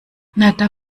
netter